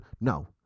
No